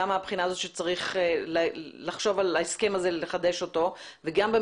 גם מהבחינה הזו שצריך לחשוב על לחדש את ההסכם